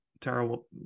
terrible